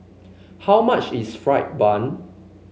how much is fried bun